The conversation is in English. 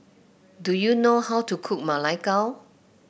do you know how to cook Ma Lai Gao